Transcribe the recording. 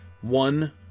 One